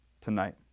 tonight